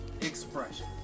expression